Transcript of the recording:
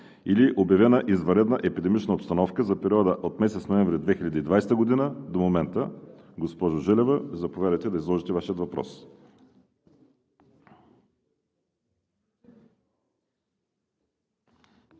или обявена извънредна епидемична обстановка за периода от месец ноември 2020 г. до момента. Госпожо Желева, заповядайте да изложите Вашия въпрос.